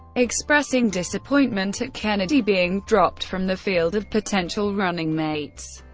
expressing disappointment at kennedy being dropped from the field of potential running mates.